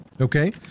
Okay